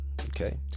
okay